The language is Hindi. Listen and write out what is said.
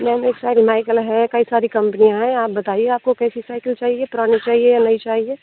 मैम ये सारी माइकल है कई सारी कंपनीयाँ हैं आप बताइए आपको कैसी साइकिल चाहिए पुरानी चाहिए या नई चाहिए